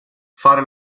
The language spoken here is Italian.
fare